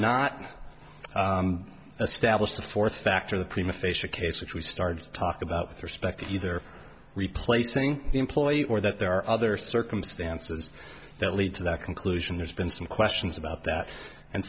establish the fourth factor the prima facia case which we started to talk about with respect to either replacing the employee or that there are other circumstances that lead to that conclusion there's been some questions about that and